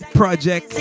project